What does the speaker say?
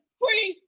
free